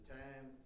time